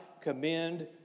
commend